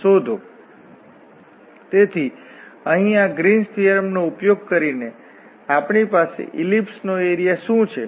તેથી આપણે શું કરીશું કે આ ગ્રીન્સ ના થીઓરમનો ઉપયોગ કરીશું અને આ રિજિયન R પર લાગુ કરીશું